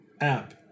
app